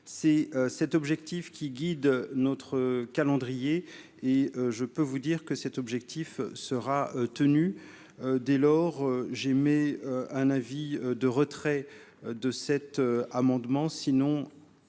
c'est cet objectif qui guident notre calendrier et je peux vous dire que cet objectif sera tenu dès lors j'émets un avis de retrait de cet amendement, sinon,